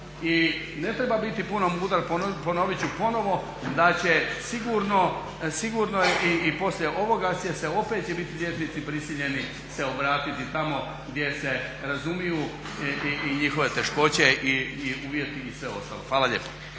ne treba biti puno mudar, ponovit ću ponovo da će i poslije ovoga opet će liječnici biti prisiljeni obratiti tamo gdje se razumiju i njihove teškoće i uvjeti i sve ostalo. Hvala lijepo.